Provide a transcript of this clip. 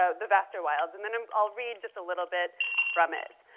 ah the vaster wilds and then um i'll read just a little bit from it.